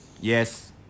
Yes